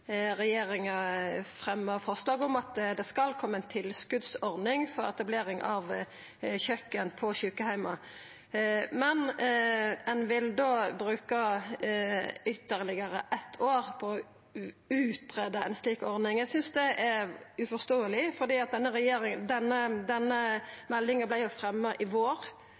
forslag om at det skal koma ei tilskotsordning for etablering av kjøken på sjukeheimar, men ein vil bruka ytterlegare eitt år på å greia ut ei slik ordning. Eg synest det er uforståeleg, for denne meldinga vart jo fremja i vår,